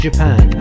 Japan